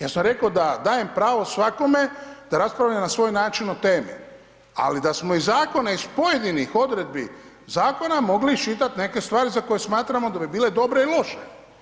Ja sam reko da dajem pravo svakome da raspravlja na svoj način o temi, ali da smo iz zakona iz pojedinih odredbi zakona mogli iščitati neke stvari za koje smatramo da bi bile dobre i loše.